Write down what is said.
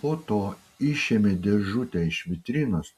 po to išėmė dėžutę iš vitrinos